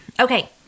Okay